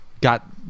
got